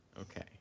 Okay